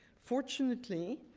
fortunately,